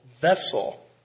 vessel